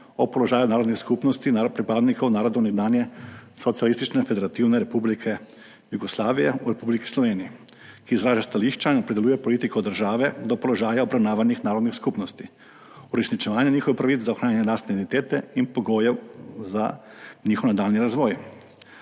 o položaju narodnih skupnosti pripadnikov narodov nekdanje Socialistične federativne republike Jugoslavije v Republiki Sloveniji, ki izraža stališča in opredeljuje politiko države do položaja obravnavanih narodnih skupnosti, uresničevanje njihovih pravic za ohranjanje lastne identitete in pogojev za njihov nadaljnji razvoj.